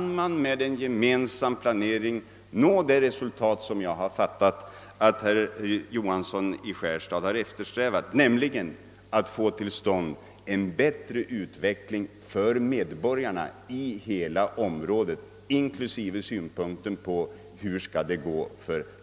man med en gemensam planering tvärtom kan nå det resultat som jag fattat att herr Johansson i Skärstad eftersträvat, nämligen att få till stånd en bättre utveckling för medborgarna i hela området, inklusive dess tätorter.